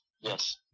Yes